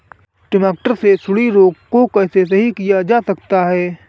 टमाटर से सुंडी रोग को कैसे सही किया जा सकता है?